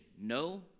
No